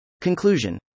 Conclusion